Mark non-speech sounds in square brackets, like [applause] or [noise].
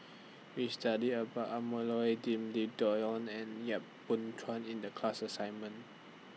We studied about [unintelligible] Loi Lim [unintelligible] and Yap Boon Chuan in The class assignment